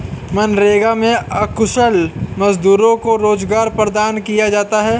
मनरेगा में अकुशल मजदूरों को रोजगार प्रदान किया जाता है